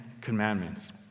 commandments